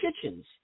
kitchens